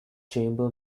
chamber